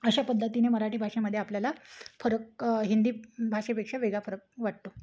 अशा पद्धतीने मराठी भाषेमध्ये आपल्याला फरक हिंदी भाषेपेक्षा वेगळा फरक वाटतो